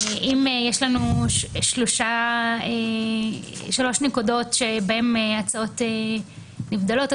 יש לנו שלוש נקודות שבהן ההצעות נבדלות.